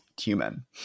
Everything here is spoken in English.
human